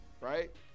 Right